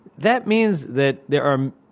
that means that there are